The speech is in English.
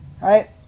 right